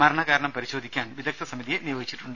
മരണകാരണം പരിശോധിക്കാൻ വിദഗ്ധ സമിതിയെ നിയോഗിച്ചു